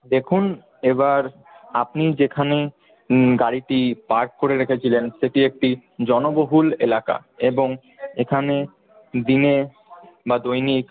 দেখুন এবার আপনি যেখানে গাড়িটি পার্ক করে রেখেছিলেন সেটি একটি জনবহুল এলাকা এবং এখানে দিনে বা দৈনিক